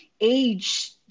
age